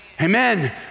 Amen